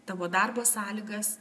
tavo darbo sąlygas